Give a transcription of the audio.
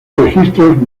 registros